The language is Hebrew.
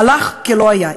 הלך כלא היה,